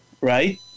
right